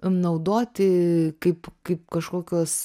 naudoti kaip kaip kažkokios